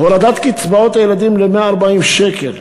הורדת קצבאות הילדים ל-140 שקלים,